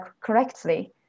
correctly